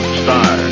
star